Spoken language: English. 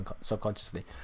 subconsciously